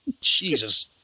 Jesus